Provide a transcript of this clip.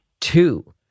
Two